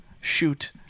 shoot